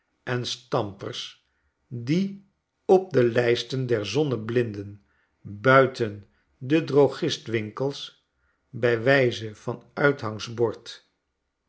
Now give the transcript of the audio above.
en stampers die op de lijsten der zonneblinden buiten de drogistwinkels bij wijze van uithangbord